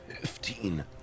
Fifteen